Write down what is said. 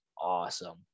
awesome